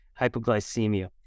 hypoglycemia